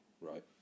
Right